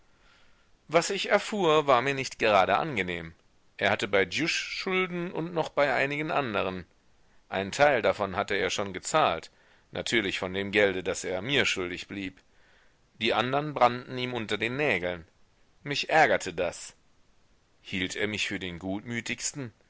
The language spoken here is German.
was ich erfuhr war mir nicht gerade angenehm er hatte bei dschjusch schulden und noch bei einigen anderen einen teil davon hatte er schon gezahlt natürlich von dem gelde das er mir schuldig blieb die anderen brannten ihm unter den nägeln mich ärgerte das hielt er mich für den gutmütigsten